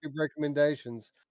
recommendations